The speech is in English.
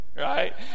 Right